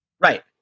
Right